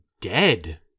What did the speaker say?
dead